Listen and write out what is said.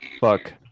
fuck